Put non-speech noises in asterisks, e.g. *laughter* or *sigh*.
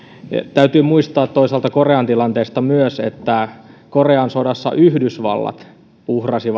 täytyy muistaa toisaalta korean tilanteesta myös että korean sodassa yhdysvallat uhrasi *unintelligible*